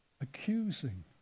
accusing